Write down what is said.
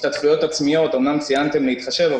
השתתפויות עצמיות אמנם ציינתם להתחשב,